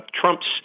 Trump's